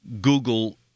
Google